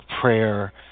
prayer